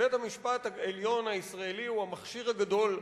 בית-המשפט העליון הישראלי הוא המכשיר הגדול,